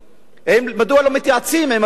מדוע לא מתייעצים עם הציבור הערבי,